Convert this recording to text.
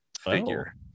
figure